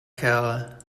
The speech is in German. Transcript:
kerl